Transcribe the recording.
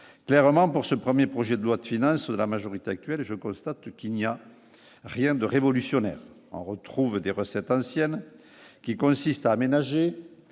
clairement pour ce 1er projet de loi de finale sur la majorité actuelle, je constate qu'il n'y a rien de révolutionnaire en retrouve des recettes anciennes qui consiste à aménager